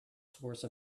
source